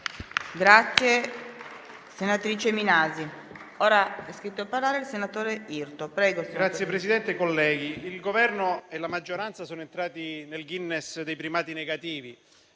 il Governo e la maggioranza sono entrati nel Guinness dei primati fra i